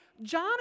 John